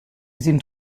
sind